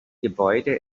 gebäude